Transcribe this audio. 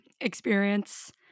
experience